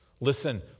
listen